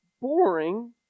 boring